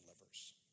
livers